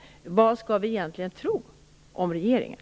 Vad skall vi egentligen tro om regeringen?